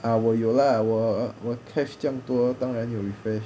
ah 我有啦我 cash 这样多当然有 refresh